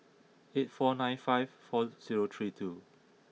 eight four nine five four zero three two